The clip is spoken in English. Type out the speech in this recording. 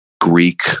greek